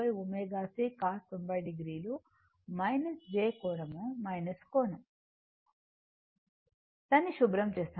cos 90 o j కోణం కోణం దాన్ని శుభ్రం చేస్తాను